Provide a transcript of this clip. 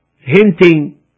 hinting